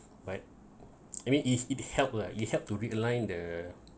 but I mean if it help uh it help to realign the